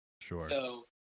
Sure